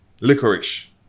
licorice